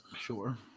Sure